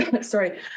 sorry